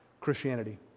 Christianity